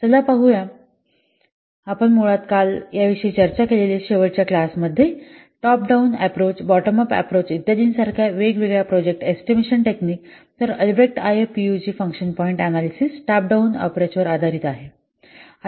चला पाहूया आणि मुळात काल आपण या विषयी चर्चा केलेले शेवटचे क्लास मध्ये top down approach bottom up approach इत्यादीसारख्या वेगवेगळ्या प्रोजेक्ट एस्टिमेशन टेक्निक तर हे Albrecht IFPUG function point analysis top down अप्रोचवर आधारित आहे